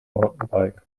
mountainbike